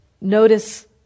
notice